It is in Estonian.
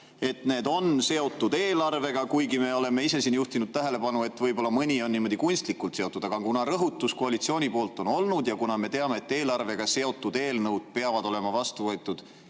et need on seotud eelarvega, kuigi me oleme siin juhtinud tähelepanu, et võib-olla mõni on olnud kunstlikult seotud, aga kuna see rõhutus koalitsiooni poolt on olnud ja kuna me teame, et eelarvega seotud eelnõud peavad olema vastu võetud